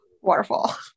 Waterfall